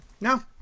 No